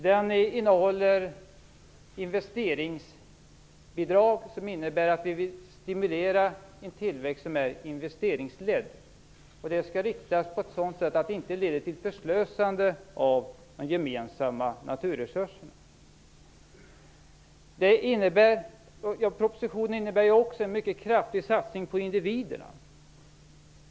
Den innehåller investeringsbidrag som innebär att vi vill stimulera en tillväxt som är investeringsledd, och bidraget skall riktas på ett sådant sätt att det inte leder till förslösande av de gemensamma naturresurserna. Propositionen innebär också en mycket kraftig satsning på individerna.